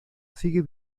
sigue